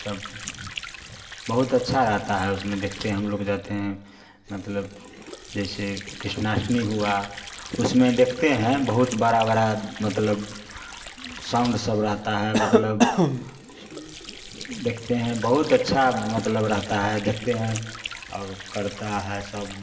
सब बहुत अच्छा रहता है उसमें देखते हैं हम लोग रहते हैं मतलब जैसे कृष्णाष्टमी हुआ उसमें देखते हैं बहुत बड़ा बड़ा मतलब साउंड सब रहता है मतलब देखते हैं बहुत अच्छा मतलब रहता है देखते हैं और करता है सब